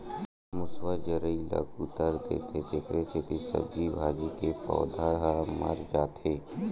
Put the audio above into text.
मूसवा जरई ल कुतर देथे तेखरे सेती सब्जी भाजी के पउधा ह मर जाथे